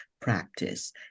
practice